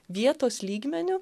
vietos lygmeniu